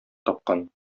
тапкан